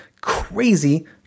Crazy